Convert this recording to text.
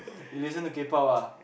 you listen to K-pop ah